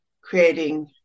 creating